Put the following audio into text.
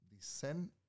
descend